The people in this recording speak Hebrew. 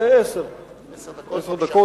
עשר דקות.